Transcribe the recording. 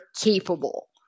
capable